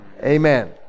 Amen